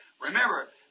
Remember